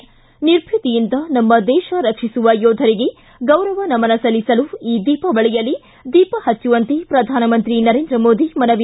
ಿ ನಿರ್ಭೀತಿಯಿಂದ ನಮ್ಮ ದೇಶ ರಕ್ಷಿಸುವ ಯೋಧರಿಗೆ ಗೌರವ ನಮನ ಸಲ್ಲಿಸಲು ಈ ದೀಪಾವಳಿಯಲ್ಲಿ ದೀಪ ಹಚ್ಚುವಂತೆ ಪ್ರಧಾನಮಂತ್ರಿ ನರೇಂದ್ರ ಮೋದಿ ಮನವಿ